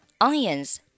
onions